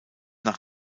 nach